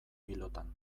pilotan